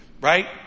right